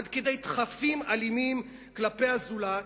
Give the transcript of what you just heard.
עד כדי דחפים אלימים כלפי הזולת,